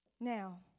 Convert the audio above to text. now